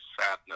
sadness